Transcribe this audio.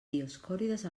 dioscòrides